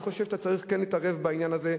אני חושב שאתה צריך כן להתערב בעניין הזה,